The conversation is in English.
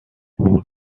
who